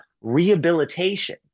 rehabilitation